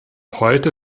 heute